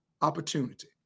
opportunity